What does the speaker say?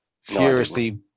furiously